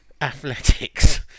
athletics